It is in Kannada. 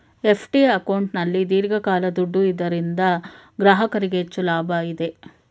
ಎಫ್.ಡಿ ಅಕೌಂಟಲ್ಲಿ ದೀರ್ಘಕಾಲ ದುಡ್ಡು ಇದರಿಂದ ಗ್ರಾಹಕರಿಗೆ ಹೆಚ್ಚು ಲಾಭ ಇದೆ